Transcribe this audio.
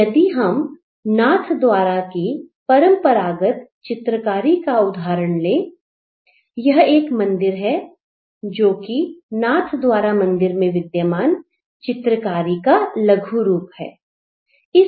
तो यदि हम नाथद्वारा की परंपरागत चित्रकारी का उदाहरण लें यह एक मंदिर है जोकि नाथद्वारा मंदिर में विद्यमान चित्रकारी का लघु रूप है